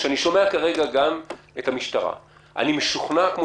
כשאני שומע כרגע גם את המשטרה אני משוכנע כמו